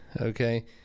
okay